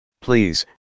Please